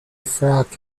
frock